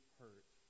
hurt